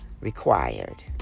required